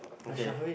okay